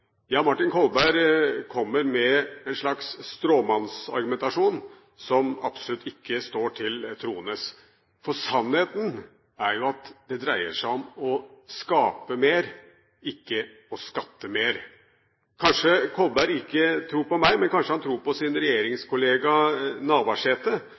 Ja, Martin Kolberg kommer med en slags stråmannsargumentasjon som absolutt ikke står til troende. Sannheten er jo at det dreier seg om å skape mer, ikke å skatte mer. Kanskje Kolberg ikke tror på meg, men kanskje han tror på regjeringskollega Navarsete